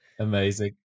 Amazing